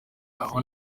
aho